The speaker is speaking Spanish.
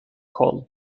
cole